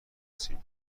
سیم